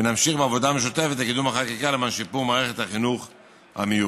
ונמשיך בעבודה משותפת לקידום החקיקה למען שיפור מערכת החינוך המיוחד.